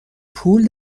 پول